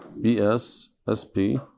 B-S-S-P